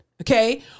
okay